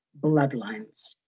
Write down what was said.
bloodlines